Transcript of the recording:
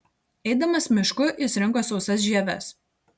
eidamas mišku jis rinko sausas žieves